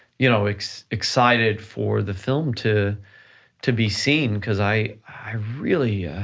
you know it's excited for the film to to be seen cause i i really